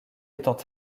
étant